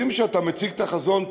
יודעים שאתה מציג את החזון,